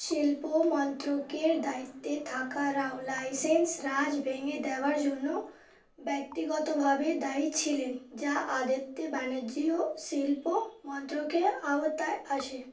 শিল্প মন্ত্রকের দায়িত্বে থাকারাও লাইসেন্স রাজ ভেঙে দেওয়ার জন্য ব্যক্তিগতভাবে দায়ী ছিলেন যা আদতে ব্যণিজ্যীয় শিল্প মন্ত্রকের আওতায় আসে